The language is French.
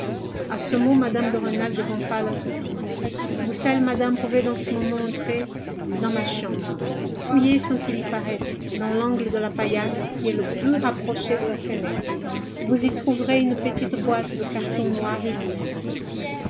a ce mot mme de rênal devint pâle à son tour vous seule madame pouvez dans ce moment entrer dans ma chambre fouillez sans qu'il y paraisse dans l'angle de la paillasse qui est le plus rapproché de la fenêtre vous y trouverez une petite boîte de carton noir et lisse